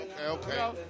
Okay